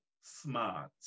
smart